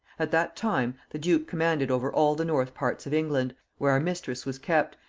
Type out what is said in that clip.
at that time the duke commanded over all the north parts of england, where our mistress was kept,